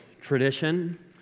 tradition